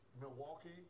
Milwaukee